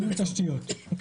תשתיות.